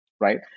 right